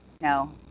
no